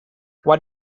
what